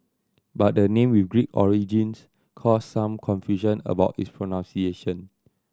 but the name with Greek origins caused some confusion about its pronunciation